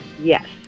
Yes